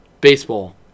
baseball